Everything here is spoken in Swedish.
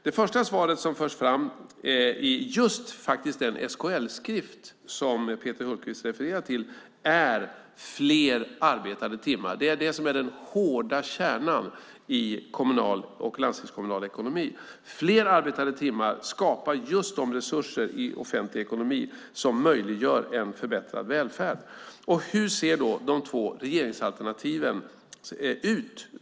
Det första svaret, som förs fram i den SKL-skrift som Peter Hultqvist refererar till, är fler arbetade timmar. Det är det som är den hårda kärnan i kommunal och landstingskommunal ekonomi. Fler arbetade timmar skapar just de resurser i offentlig ekonomi som möjliggör en förbättrad välfärd. Hur ser de två regeringsalternativen ut?